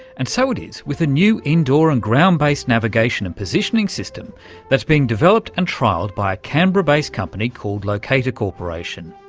and so it is with a new indoor and ground-based navigation and positioning system that's being developed and trialled by a canberra-based company called locata corporation.